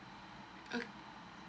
okay